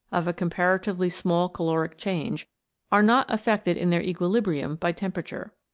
of a comparatively small caloric change are not affected in their equilibrium by temperature.